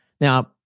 Now